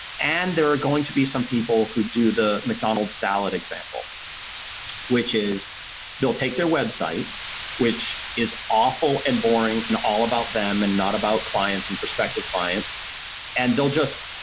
and there are going to be some people who do the mcdonald's salad example which is they'll take their website which is awful and boring and all about them and not about clients and prospective clients and they'll just